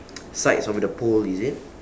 sides of the pole is it